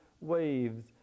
waves